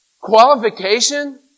qualification